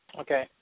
Okay